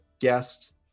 guest